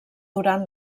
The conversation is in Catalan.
durant